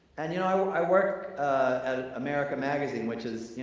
and you know, i work at america magazine which is,